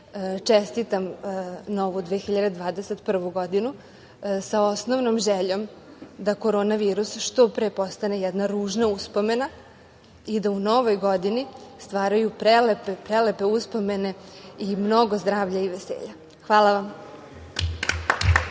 čestitam novu 2021. godinu sa osnovnom željom da korona virus što pre postane jedna ružna uspomena i da u novoj godini stvaraju prelepe, prelepe uspomene i mnogo zdravlja i veselja. Hvala vam.